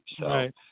Right